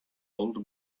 old